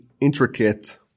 intricate